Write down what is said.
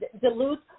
dilute